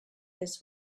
this